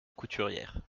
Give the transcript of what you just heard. couturière